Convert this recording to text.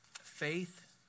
faith